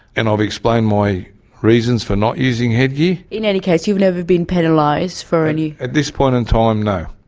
and i've explained my reasons for not using headgear. in any case, you've never been penalised for any? at this point in time, no.